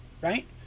right